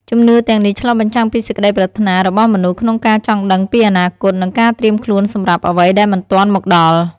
ជំនឿទាំងនេះឆ្លុះបញ្ចាំងពីសេចក្តីប្រាថ្នារបស់មនុស្សក្នុងការចង់ដឹងពីអនាគត និងការត្រៀមខ្លួនសម្រាប់អ្វីដែលមិនទាន់មកដល់។